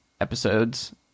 episodes